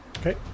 Okay